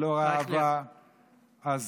על